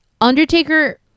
Undertaker